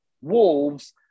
wolves